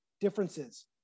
differences